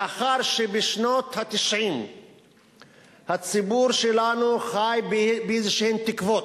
לאחר שבשנות ה-90 הציבור שלנו חי באיזה תקוות,